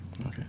Okay